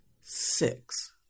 Six